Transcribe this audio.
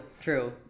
true